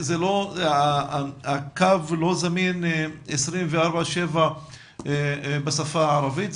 הקו לא זמין 24/7 בשפה הערבית?